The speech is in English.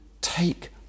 take